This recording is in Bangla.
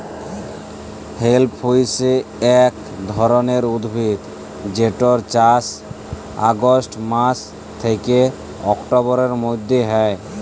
হেম্প হইসে একট ধরণের উদ্ভিদ যেটর চাস অগাস্ট মাস থ্যাকে অক্টোবরের মধ্য হয়